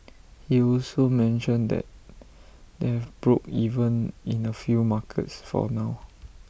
he also mentioned that they've broke even in A few markets for now